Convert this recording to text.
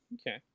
Okay